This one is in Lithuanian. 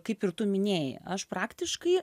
kaip ir tu minėjai aš praktiškai